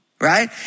Right